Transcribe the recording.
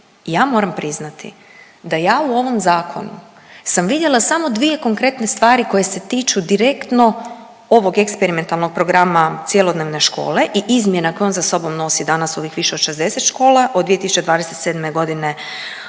ja moram priznati da ja u ovom Zakonu sam vidjela samo dvije konkretne stvari koje se tiču direktno ovog eksperimentalnog programa cjelodnevne škole i izmjena kojom za sobom nosi danas ovih više od 60 škola, od 2027. g.